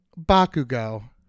bakugo